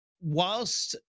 whilst